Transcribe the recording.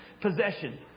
possession